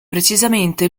precisamente